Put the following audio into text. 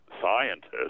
scientists